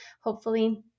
hopefully-